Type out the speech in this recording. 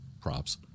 props